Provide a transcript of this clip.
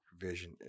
provision